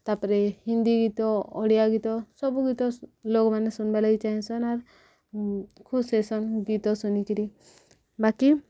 ତାପରେ ହିନ୍ଦୀ ଗୀତ ଓଡ଼ିଆ ଗୀତ ସବୁ ଗୀତ ଲୋକମାନେ ଶୁଣବାର୍ ଲାଗି ଚାହିଁସନ୍ ଆର୍ ଖୁସ ହେସନ୍ ଗୀତ ଶୁଣିକିରି ବାକି